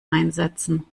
einsetzen